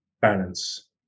balance